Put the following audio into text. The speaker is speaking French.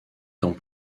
dans